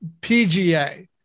PGA